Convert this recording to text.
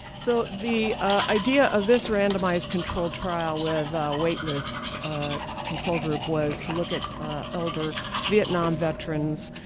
so the idea of this randomized control trial with wait lists ah control group was to look at elder vietnam veterans.